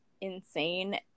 insane